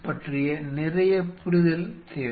பற்றிய நிறைய புரிதல் தேவை